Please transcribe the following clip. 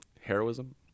Heroism